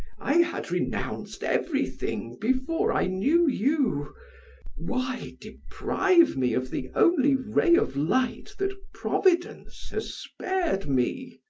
i had renounced everything before i knew you why deprive me of the only ray of light that providence has spared me?